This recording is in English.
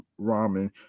ramen